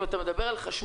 אם אתה מדבר על חשמל